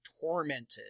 tormented